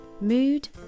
Mood